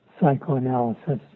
psychoanalysis